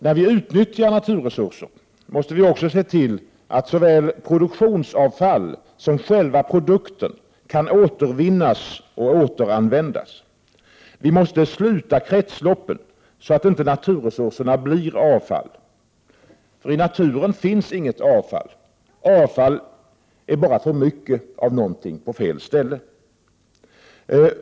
När vi utnyttjar naturresurser måste vi också se till att såväl produktionsavfall som själva produkten kan återvinnas och återanvändas. Vi måste sluta kretsloppen, så att inte naturresurserna blir avfall. I naturen finns inget avfall. Avfall är bara för mycket av någonting på fel ställe.